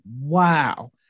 wow